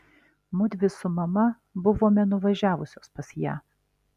mudvi su mama buvome nuvažiavusios pas ją